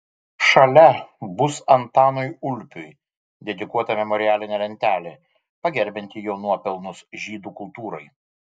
šalia bus antanui ulpiui dedikuota memorialinė lentelė pagerbianti jo nuopelnus žydų kultūrai